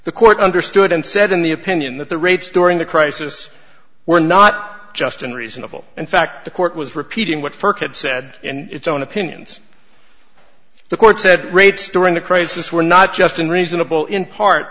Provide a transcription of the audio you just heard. the court understood and said in the opinion that the rates during the crisis were not just and reasonable and fact the court was repeating what first had said in its own opinions the court said rates during the crisis were not just unreasonable in part